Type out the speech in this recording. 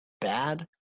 bad